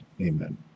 Amen